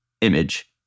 image